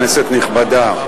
כנסת נכבדה,